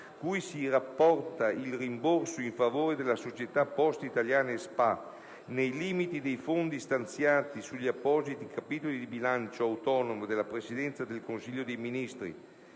cui si rapporta il rimborso in favore della Società Poste Italiane spa nei limiti dei fondi stanziati sugli appositi capitoli di bilancio autonomo della Presidenza del Consiglio dei ministri,